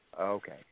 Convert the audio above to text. okay